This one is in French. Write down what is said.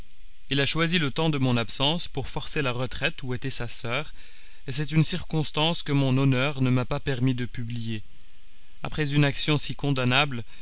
il a choisi le temps de mon absence pour forcer la retraite où était sa soeur et c'est une circonstance que mon honneur ne m'a pas permis de publier après une action si condamnable